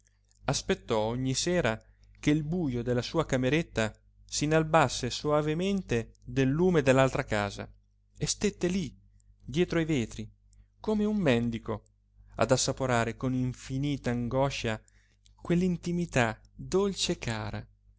aspettò ogni sera che il bujo della sua cameretta s'inalbasse soavemente del lume dell'altra casa e stette lí dietro ai vetri come un mendico ad assaporare con infinita angoscia quell'intimità dolce e cara